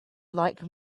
like